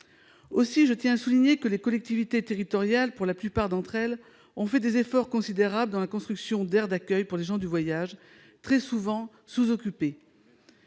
Aussi, je tiens à souligner que les collectivités territoriales, pour la plupart d'entre elles, ont fait des efforts considérables dans la construction d'aires d'accueil pour les gens du voyage, ... Absolument !...